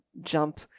jump